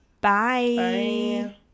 Bye